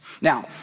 Now